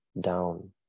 down